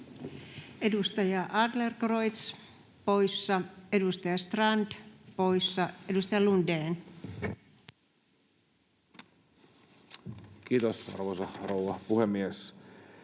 Edustaja Adlercreutz, poissa. Edustaja Strand, poissa. — Edustaja Lundén. Kiitos, arvoisa rouva puhemies!